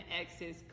excess